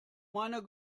meiner